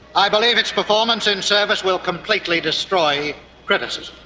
i believe its performance in service will completely destroy criticism.